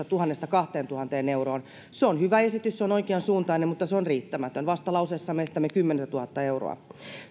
tuhannesta kahteentuhanteen euroon se on hyvä esitys se on oikeansuuntainen mutta se on riittämätön vastalauseessamme esitämme kymmentätuhatta euroa